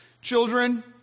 Children